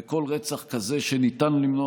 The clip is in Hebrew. וכל רצח כזה שניתן למנוע,